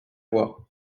voir